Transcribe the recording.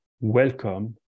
welcome